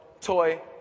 toy